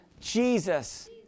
Jesus